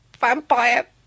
vampire